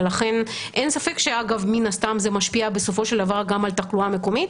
ולכן אין ספק שמן הסתם זה משפיע גם על תחלואה מקומית,